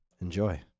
enjoy